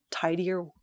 tidier